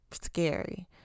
scary